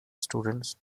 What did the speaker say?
students